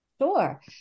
Sure